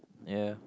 ya